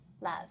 love